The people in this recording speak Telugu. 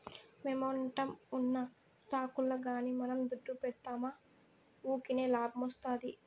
మొమెంటమ్ ఉన్న స్టాకుల్ల గానీ మనం దుడ్డు పెడ్తిమా వూకినే లాబ్మొస్తాది